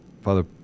Father